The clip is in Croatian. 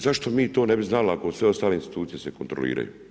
Zašto mi to ne bi znali ako sve ostale institucije se kontroliraju?